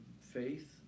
Faith